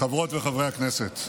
חברות וחברי הכנסת,